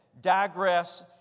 digress